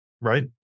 right